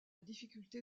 difficulté